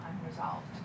unresolved